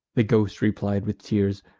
the ghost replied with tears,